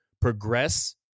progress